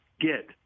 get